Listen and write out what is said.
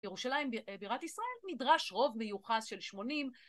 ירושלים, בירת ישראל, נדרש רוב מיוחס של 80.